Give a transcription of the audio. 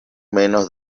menos